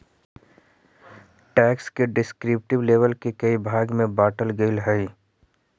tax के descriptive label के कई भाग में बांटल गेल हई